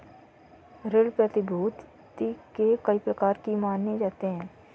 ऋण प्रतिभूती के कई प्रकार भी माने जाते रहे हैं